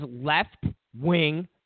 left-wing